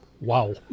Wow